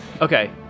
Okay